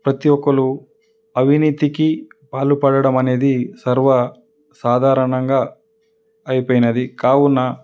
ప్రతి ఒక్కరు అవినీతికి పాల్పడడం అనేది సర్వ సాధారణంగా అయిపోయినది కావున